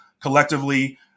collectively